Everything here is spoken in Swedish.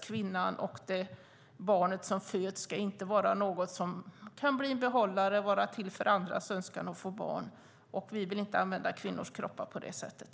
Kvinnan och det barn som föds ska inte vara något som kan bli en behållare och vara till för andras önskan att få barn. Vi vill inte använda kvinnors kroppar på det sättet.